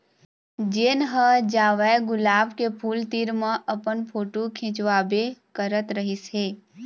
जेन ह जावय गुलाब के फूल तीर म अपन फोटू खिंचवाबे करत रहिस हे